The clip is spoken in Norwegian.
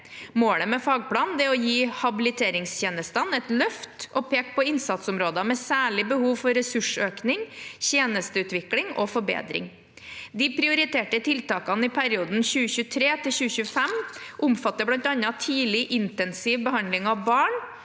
Målet med fagplanen er å gi habiliteringstjenestene et løft og peke på innsatsområder med særlig behov for ressursøkning, tjenesteutvikling og forbedring. De prioriterte tiltakene i perioden 2023–2025 omfatter bl.a. tidlig intensiv behandling av barn,